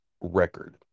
record